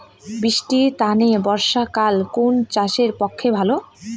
বৃষ্টির তানে বর্ষাকাল কুন চাষের পক্ষে ভালো?